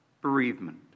bereavement